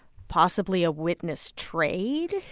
possibly, a witness trade?